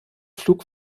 flug